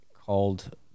called